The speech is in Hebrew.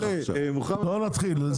לא נתחיל,